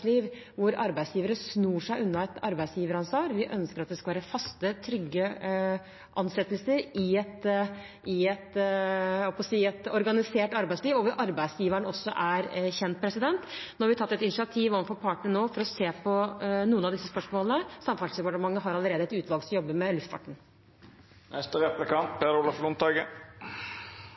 hvor arbeidsgivere snor seg unna et arbeidsgiveransvar. Vi ønsker at det skal være faste, trygge ansettelser i et organisert arbeidsliv, hvor arbeidsgiveren også er kjent. Nå har vi tatt et initiativ overfor partene for å se på noen av disse spørsmålene. Samferdselsdepartementet har allerede et utvalg som jobber med